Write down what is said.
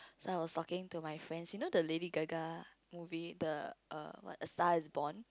so I was talking to my friends you know the Lady-Gaga movie the err what a-Star-Is-Born